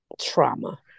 trauma